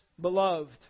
Beloved